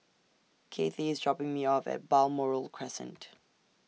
Cathi IS dropping Me off At Balmoral Crescent